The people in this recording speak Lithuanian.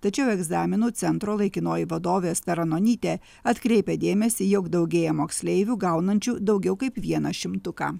tačiau egzaminų centro laikinoji vadovė asta ranonytė atkreipia dėmesį jog daugėja moksleivių gaunančių daugiau kaip vieną šimtuką